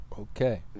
Okay